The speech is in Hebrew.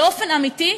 באופן אמיתי,